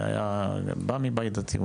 גם בא מבית דתי.